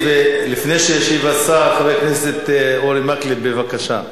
לפני שישיב השר, חבר הכנסת אורי מקלב, בבקשה.